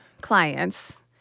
clients